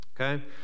Okay